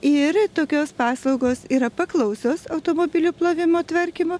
ir tokios paslaugos yra paklausios automobilių plovimo tvarkymo